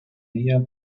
día